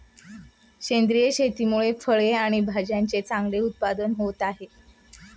सेंद्रिय शेतीमुळे फळे आणि भाज्यांचे चांगले उत्पादन होत आहे